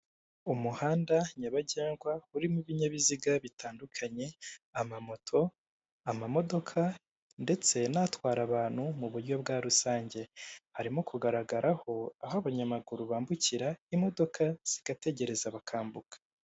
Umuhanda nyabagendwa urimo ibinyabiziga bitandukanye amamoto, amamodoka ndetse n'atwara abantu mu buryo bwa rusange, arimo kugaragaraho aho abanyamaguru bambukira imodoka zigategereza bakambuka.